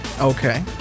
Okay